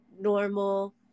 normal